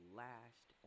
last